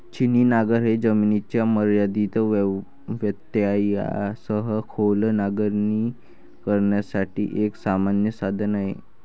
छिन्नी नांगर हे जमिनीच्या मर्यादित व्यत्ययासह खोल नांगरणी करण्यासाठी एक सामान्य साधन आहे